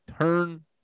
turn